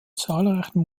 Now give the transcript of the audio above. zahlreichen